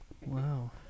Wow